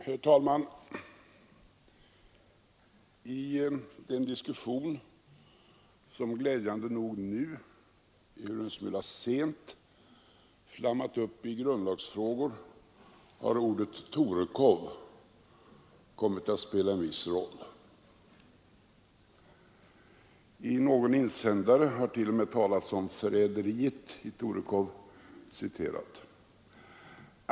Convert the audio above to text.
Herr talman! I den diskussion som glädjande nog nu — ehuru en smula sent — flammat upp i grundlagsfrågor har ordet Torekov kommit att spela en viss roll. I någon insändare har det t.o.m. talats om ”förräderiet i Torekov”.